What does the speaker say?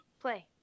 Play